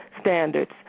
standards